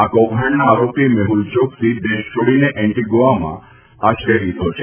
આ કોભાંડના આરોપી મેહુલ ચોક્સી દેશ છોડીને એન્ટીગુઆ દેશમાં આશ્રય લીધો છે